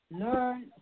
learn